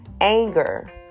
anger